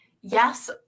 yes